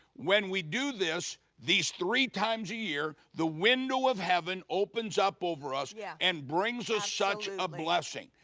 when we do this these three times a year, the window of heaven opens up over us yeah and bring so us such a blessing.